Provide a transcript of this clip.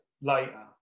later